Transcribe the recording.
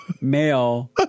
male